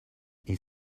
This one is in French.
est